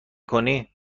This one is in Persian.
کنی